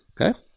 Okay